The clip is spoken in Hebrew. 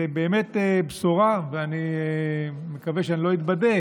זאת באמת בשורה, אני מקווה שאני לא אתבדה